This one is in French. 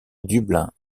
dublin